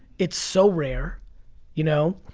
it's so rare you know?